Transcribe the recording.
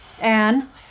Anne